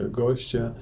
goście